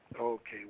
Okay